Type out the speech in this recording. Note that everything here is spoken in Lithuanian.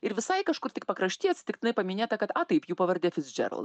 ir visai kažkur tik pakrašty atsitiktinai paminėta kad a taip jų pavardė fitzdžerald